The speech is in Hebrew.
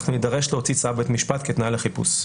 אנחנו נידרש להוציא צו בית משפט כתנאי לחיפוש.